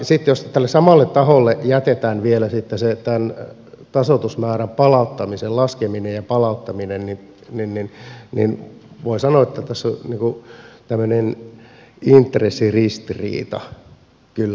sitten jos tälle samalle taholle jätetään vielä tämän tasoitusmäärän palauttamisen laskeminen ja palauttaminen niin voi sanoa että tässä on tämmöinen intressiristiriita kyllä olemassa